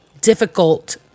difficult